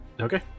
Okay